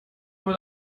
wohl